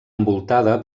envoltada